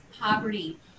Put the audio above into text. poverty